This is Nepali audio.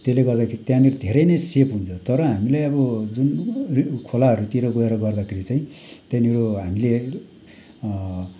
त्यसले गर्दाखेरि त्यहाँनिर धेरै नै सेफ हुन्छ तर हामीले अब जुन खोलाहरूतिर गएर गर्दाखेरि चाहिँ त्यहाँनिर हामीले